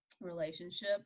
relationship